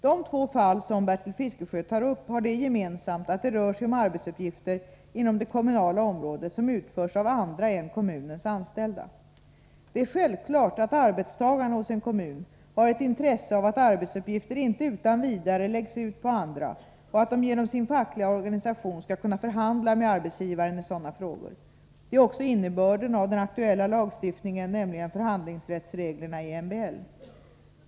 De två fall som Bertil Fiskesjö tar upp har det gemensamt att det rör sig om arbetsuppgifter inom det kommunala området som utförs av andra än kommunens anställda. Det är självklart att arbetstagarna hos en kommun har ett intresse av att arbetsuppgifter inte utan vidare läggs ut på andra och att de genom sin fackliga organisation skall kunna förhandla med arbetsgivaren i sådana frågor. Detta är också innebörden av den aktuella lagstiftningen, nämligen förhandlingsrättsreglerna i MBL.